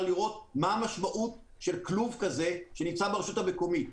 לראות מה המשמעות של כלוב כזה שנמצא ברשות המקומית.